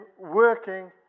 working